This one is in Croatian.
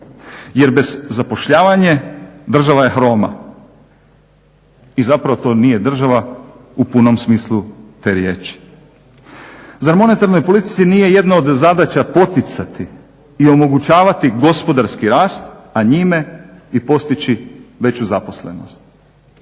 Jer bez zapošljavanja država je hroma. I zapravo to nije država u punom smislu te riječi. Zar monetarnoj politici nije jedna od zadaća poticati i omogućavati gospodarski rast, a njime i postići veću zaposlenost?